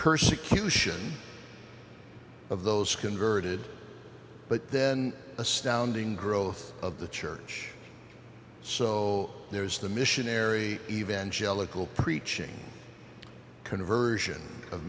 persecution of those converted but then astounding growth of the church so there was the missionary evangelical preaching conversion of